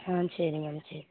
ஆ சரிங்க ம் சரி